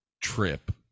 trip